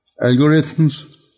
algorithms